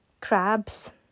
crabs